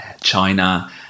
China